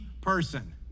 person